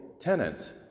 tenants